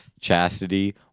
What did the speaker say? Chastity